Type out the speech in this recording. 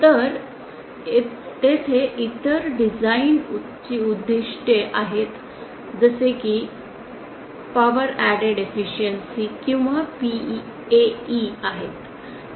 तर तेथे इतर डिझाइन उद्दीष्टे आहेत जसे कि पॉवर अॅडेड एफिशियन्सी किंवा PAE आहेत